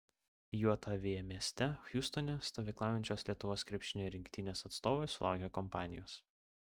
jav mieste hjustone stovyklaujančios lietuvos krepšinio rinktinės atstovai sulaukė kompanijos